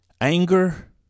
Anger